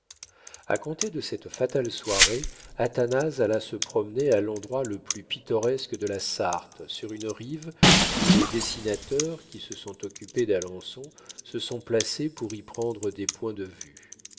a compter de cette fatale soirée athanase alla se promener à l'endroit le plus pittoresque de la sarthe sur une rive d'où les dessinateurs qui se sont occupés d'alençon se sont placés pour y prendre des points de vue